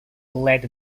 lead